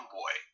boy